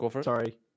sorry